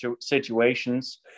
situations